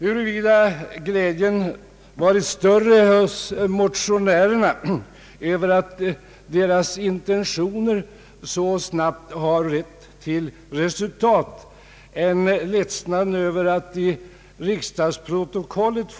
Jag har velat påminna om hur det går till i detta sammanhang.